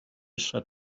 said